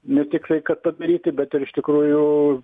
ne tik tai kad padaryti bet ir iš tikrųjų